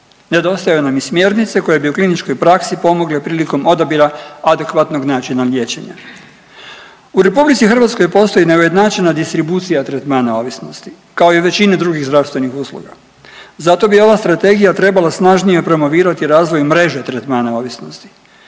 nedostaju nam i smjernice koje bi u kliničkoj praksi pomogle prilikom odabira adekvatnog načina liječenja. U RH postoji neujednačena distribucija tretmana ovisnosti, kao i većina drugih zdravstvenih usluga. Zato bi ova strategija trebala snažnije promovirati razvoj mreže tretmana ovisnosti.